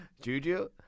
Juju